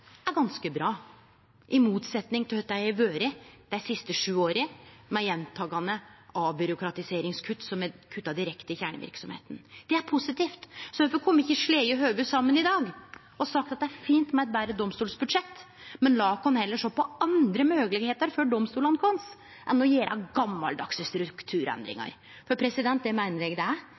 er ganske bra, i motsetnad til det dei har vore dei siste sju åra med gjentakande avbyråkratiseringskutt som har kutta direkte i kjerneverksemda. Det er positivt, så kvifor kunne me ikkje slege hovuda saman i dag og sagt at det er fint med eit betre domstolsbudsjett, men lat oss heller sjå på andre moglegheiter for domstolane våre enn å gjere gamaldagse strukturendringar, for det meiner eg det er. Strukturendring er den mest gamaldagse medisinen som finst, og ofte er